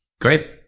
great